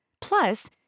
Plus